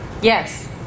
Yes